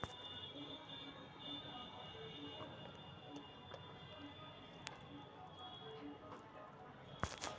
अंत्योदय अन्न योजना के अंतर्गत प्रत्येक कार्ड धारक के पैंतीस किलो अनाज देवल जाहई